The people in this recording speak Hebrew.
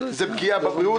זה פגיעה בבריאות,